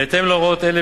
בהתאם להוראות אלה,